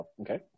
Okay